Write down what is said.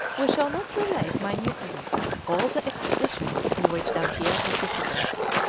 we shall not relate minutely all the expeditions in which dampier participated.